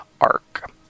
arc